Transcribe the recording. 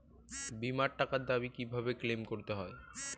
বিমার টাকার দাবি কিভাবে ক্লেইম করতে হয়?